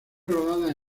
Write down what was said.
rodada